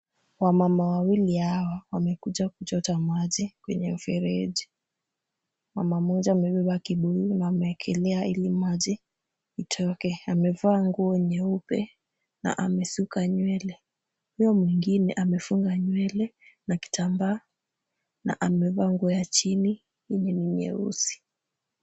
Wamama wawili hawa wamekuja kuchota maji kwenye mfereji. Mama mmoja amebeba kibuyu na amewekela ili maji itoke. Amevaa nguo nyeupe na amesuka nywele. Huyo mwingine amefunga nywele na kitambaa na amevaa nguo ya chini yenye ni nyeusi.